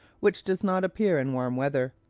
which does not appear in warm weather.